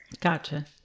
Gotcha